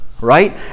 right